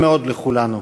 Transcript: לכולנו.